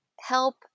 help